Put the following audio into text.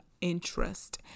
interest